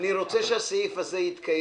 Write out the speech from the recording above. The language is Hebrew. אני רוצה שהסעיף הזה יתקיים.